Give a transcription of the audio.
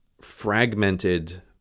fragmented